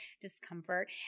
discomfort